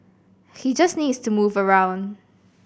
he just needs to move around